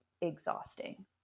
exhausting